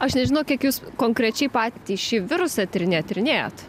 aš nežinau kiek jūs konkrečiai patį šį virusą tyrinėjat tyrinėjot